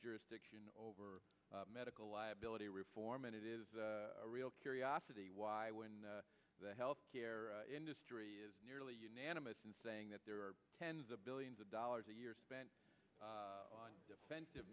jurisdiction over medical liability reform and it is a real curiosity why when the health care industry is nearly unanimous in saying that there are tens of billions of dollars a year spent on defensive